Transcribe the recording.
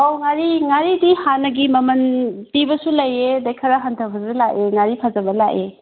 ꯑꯥꯎ ꯉꯥꯔꯤꯗꯤ ꯍꯥꯟꯅꯒꯤ ꯃꯃꯜ ꯄꯤꯕꯁꯨ ꯂꯩꯌꯦ ꯑꯗꯨꯗꯒꯤ ꯈꯔ ꯍꯟꯊꯕꯁꯨ ꯂꯥꯛꯑꯦ ꯉꯥꯔꯤ ꯐꯖꯕ ꯂꯥꯛꯑꯦ